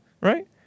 right